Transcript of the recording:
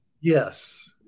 Yes